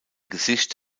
gesicht